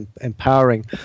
empowering